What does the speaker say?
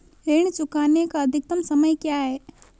ऋण चुकाने का अधिकतम समय क्या है?